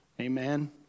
Amen